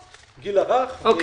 כן.